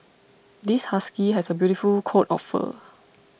this husky has a beautiful coat of fur